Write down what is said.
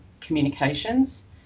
communications